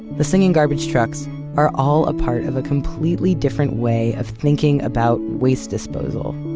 the singing garbage trucks are all a part of a completely different way of thinking about waste disposal.